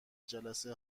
جلسه